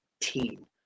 team